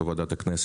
בוועדת הכנסת,